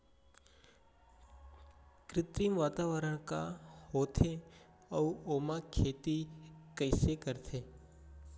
कृत्रिम वातावरण का होथे, अऊ ओमा खेती कइसे करथे?